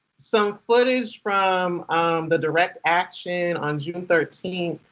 some footage from the direct action on june thirteenth,